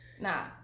Nah